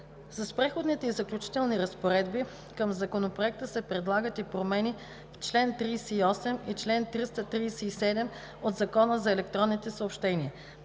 С Преходните и заключителните разпоредби към Законопроекта се предлагат и промени в чл. 38 и чл. 337 от Закона за електронните съобщения.